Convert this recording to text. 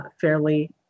Fairly